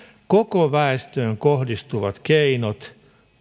koko väestöön kohdistuvat keinot